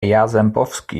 jarzembowski